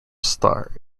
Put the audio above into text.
star